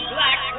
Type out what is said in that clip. Black